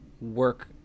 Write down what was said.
work